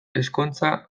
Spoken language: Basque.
ezkontza